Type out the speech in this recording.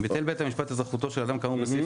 "ביטל בית המשפט אזרחותו של אדם כאמור בסעיף